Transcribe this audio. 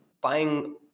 buying